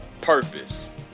purpose